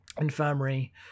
infirmary